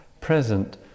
present